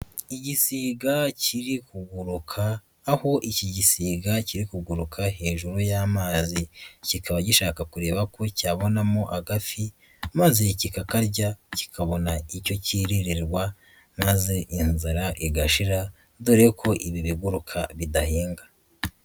Igisiga kiri kuguruka aho iki gisiga kiri kuguruka hejuru y'amazi, kikaba gishaka kureba ko cyabonamo agafi maze kikakarya kikabona icyo kiririrwa maze inzara igashira dore ko ibi biguruka bidahinga.